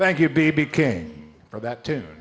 thank you baby came for that too